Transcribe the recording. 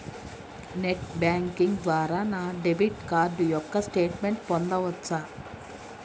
Net banking ద్వారా నా debit card యొక్క స్టేట్మెంట్ పొందవచ్చా?